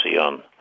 on